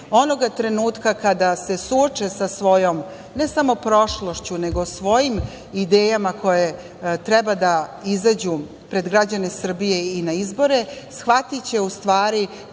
Onoga trenutka kada se suoče sa svojom ne samo prošlošću, nego svojim idejama sa kojima treba da izađu pred građane Srbije i pred izbore shvatiće u stvari